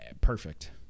perfect